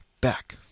back